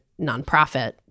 nonprofit